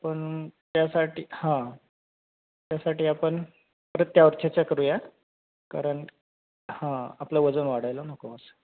पण त्यासाठी हां त्यासाठी आपण परत त्यावर चर्चा करूया कारण हां आपलं वजन वाढायलं नको असं